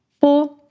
four